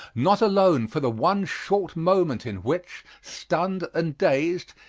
not alone for the one short moment in which, stunned and dazed,